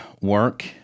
work